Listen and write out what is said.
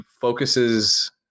focuses